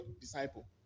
disciple